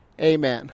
Amen